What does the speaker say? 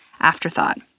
afterthought